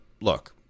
look